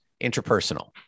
interpersonal